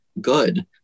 good